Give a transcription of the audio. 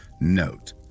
Note